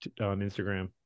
instagram